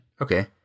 Okay